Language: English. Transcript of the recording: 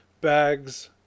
bags